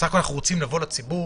בסך-הכול אנחנו רוצים לבוא לציבור,